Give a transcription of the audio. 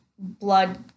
blood